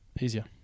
easier